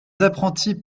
apprentis